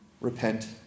Repent